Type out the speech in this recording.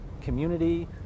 community